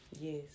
Yes